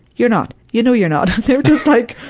you're not. you know you're not. and they're just like,